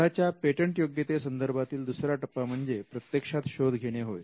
शोधाच्या पेटंटयोग्यते संदर्भातील दुसरा टप्पा म्हणजे प्रत्यक्षात शोध घेणे होय